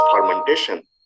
fermentation